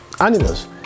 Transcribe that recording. animals